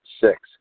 Six